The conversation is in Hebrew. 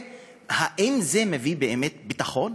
האם זה באמת מביא ביטחון?